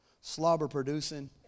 slobber-producing